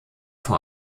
vor